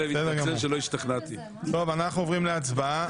אנחנו עוברים להצבעה.